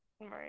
Right